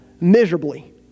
miserably